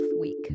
week